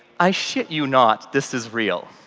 i shit you not, this is real.